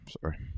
sorry